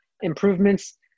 improvements